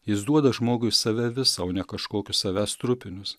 jis duoda žmogui save visą o ne kažkokius savęs trupinius